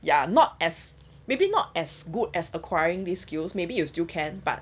ya not as maybe not as good as acquiring these skills maybe you still can but